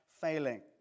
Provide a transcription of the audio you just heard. failing